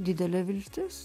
didelė viltis